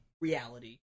reality